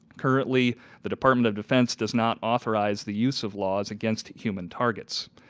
currently the department of defense does not authorize the use of laws against human targets.